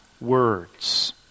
words